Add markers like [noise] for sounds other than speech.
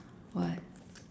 what [noise]